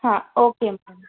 ಹಾಂ okay madam